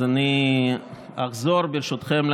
ברשותכם,